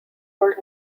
old